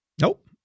Nope